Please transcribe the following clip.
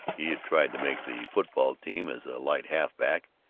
he had tried to make the football team as a light half-back,